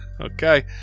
Okay